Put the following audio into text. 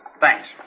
Thanks